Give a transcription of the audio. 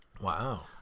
Wow